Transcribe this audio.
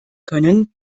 können